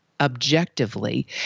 objectively